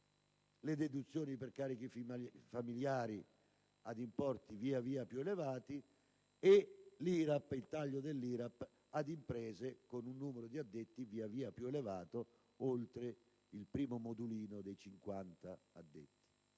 le deduzioni per carichi familiari ad importi via via più elevati e il taglio dell'IRAP ad imprese con un numero di addetti via via più elevati, oltre il primo modulino dei 50 addetti.